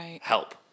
help